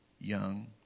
young